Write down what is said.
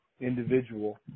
individual